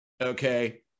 Okay